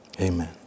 amen